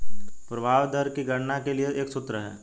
प्रभावी दर की गणना के लिए एक सूत्र है